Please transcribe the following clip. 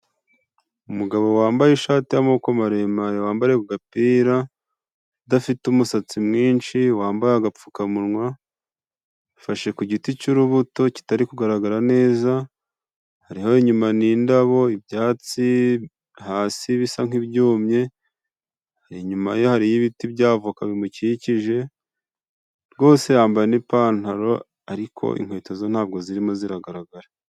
Umugabo wambaye ishati y'amaboko maremare, wambariye ku gapira, udafite umusatsi mwinshi, wambaye agapfukamunwa, afashe ku giti cy'urubuto kitari kugaragara neza, hariho inyuma n'indabo, ibyatsi hasi bisa nk'ibyumye, inyuma ye hari yo ibiti by'avoka bimukikije, rwose yambaye n'ipantaro ariko inkweto zo nta bwo zirimo zigaragara.